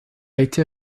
été